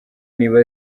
niba